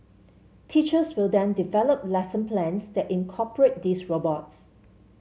teachers will then develop lesson plans that incorporate these robots